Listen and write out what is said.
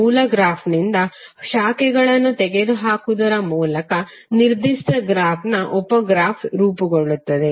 ಮೂಲ ಗ್ರಾಫ್ನಿಂದ ಶಾಖೆಗಳನ್ನು ತೆಗೆದುಹಾಕುವುದರ ಮೂಲಕ ನಿರ್ದಿಷ್ಟ ಗ್ರಾಫ್ನ ಉಪ ಗ್ರಾಫ್ ರೂಪುಗೊಳ್ಳುತ್ತದೆ